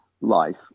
life